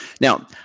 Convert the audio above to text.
Now